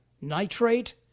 nitrate